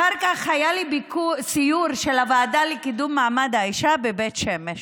אחר כך היה לי סיור של הוועדה לקידום מעמד האישה בבית שמש,